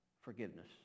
forgiveness